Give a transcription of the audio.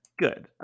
good